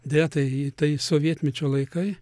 deja tai tai sovietmečio laikai